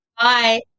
Bye